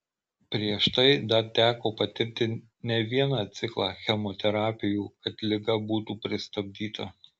prieš tai dar teko patirti ne vieną ciklą chemoterapijų kad liga būtų pristabdyta